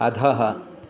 अधः